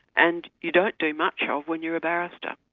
and you don't do much of when you're a barrister.